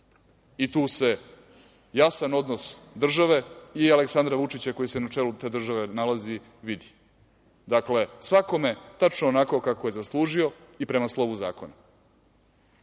se jasan odnos države i Aleksandra Vučića, koji se na čelu te državi nalazi, vidi. Dakle, svakome tačno onako kako je zaslužio i prema slovu zakona.